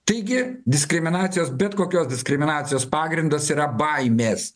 taigi diskriminacijos bet kokios diskriminacijos pagrindas yra baimės